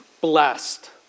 blessed